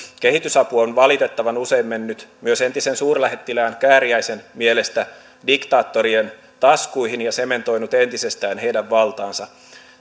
kehitysapu on valitettavan usein mennyt myös entisen suurlähettilään kääriäisen mielestä diktaattorien taskuihin ja sementoinut entisestään heidän valtaansa